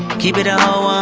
keep it a